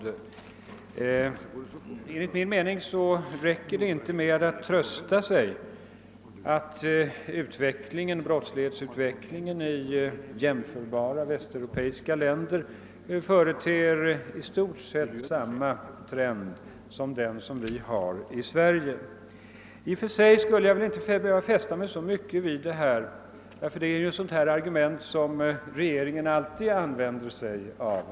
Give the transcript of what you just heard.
Enligt min mening räcker det inte att trösta sig med att brottsutvecklingen i jämförbara västeuropeiska länder företer i stort sett samma trend som här i Sverige. I och för sig skulle jag emellertid inte fästa mig så mycket vid det, eftersom det är ett argument som regeringen alltid använder sig av.